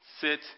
sit